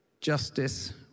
Justice